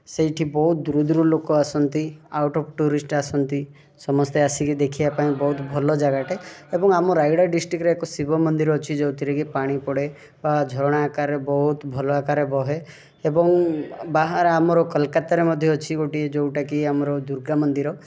ସେଇଠି ବହୁତ ଦୂର ଦୂରରୁ ଲୋକ ଆସନ୍ତି ଆଉଟ୍ ଅଫ୍ ଟୁରିଷ୍ଟି୍ ଆସନ୍ତି ସମସ୍ତେ ଆସିକି ଦେଖିବା ପାଇଁ ବହୁତ ଭଲ ଜାଗାଟେ ଏବଂ ଆମ ରାୟଗଡ଼ା ଡିଷ୍ଟ୍ରିକ୍ଟରେ ଏକ ଶିବ ମନ୍ଦିର ଅଛି ଯେଉଁଥିରେକି ପାଣି ପଡ଼େ ବା ଝରଣା ଆକାରରେ ବହୁତ ଭଲ ଆକାରରେ ବହେ ଏବଂ ବାହାରେ ଆମର କୋଲକାତାରେ ଅଛି ଯେଉଁଟାକି ଆମର ଦୁର୍ଗା ମନ୍ଦିର